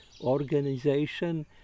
organization